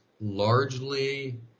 largely